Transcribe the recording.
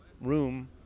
room